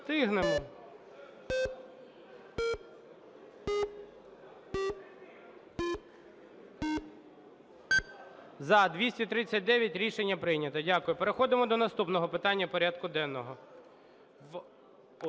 За-239 Рішення прийнято. Дякую. Переходимо до наступного питання порядку денного.